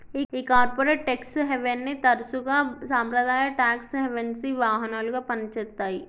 ఈ corporate tax హేవెన్ని తరసుగా సాంప్రదాయ టాక్స్ హెవెన్సి వాహనాలుగా పని చేత్తాయి